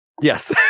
Yes